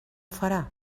farà